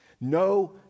No